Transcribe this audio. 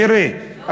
מירי,